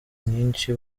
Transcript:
nyinshi